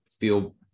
feel